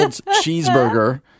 cheeseburger